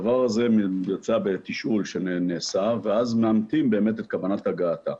מבוצע תשאול ואז מאמתים באמת את כוונת הגעתה.